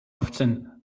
often